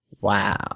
Wow